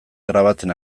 grabatzen